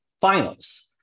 finals